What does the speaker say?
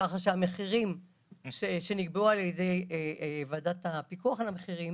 כך שהמחירים שנקבעו על-ידי ועדת הפיקוח על המחירים